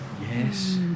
Yes